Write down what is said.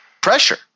pressure